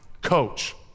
Coach